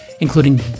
including